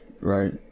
Right